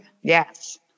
Yes